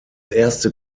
erste